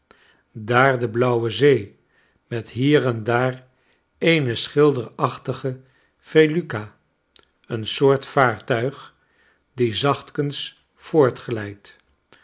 daar de blauwe zee met hier en daar eene schilderachtige feluca een soort vaartuig die zachtkens